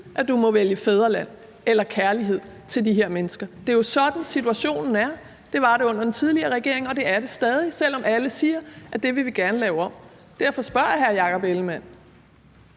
at du må vælge fædrelandet eller kærligheden til de her mennesker. Det er jo sådan, situationen er. Det var det under den tidligere regering, og det er det stadig, selv om alle siger, at det vil vi gerne lave om. Derfor spørger jeg hr. Jakob Ellemann-Jensen: